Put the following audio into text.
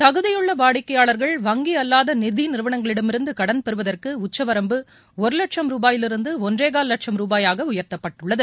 தகுதியுள்ள வாடிக்கையாளர்கள் வங்கி அல்லாத நிதி நிறுவனங்களிடமிருந்து கடன் பெறுவதற்கு உச்சவரம்பு ஒரு லட்சம் ரூபாயிலிருந்து ஒன்றேகால் லட்சம் ரூபாயாக உயர்த்தப்பட்டுள்ளது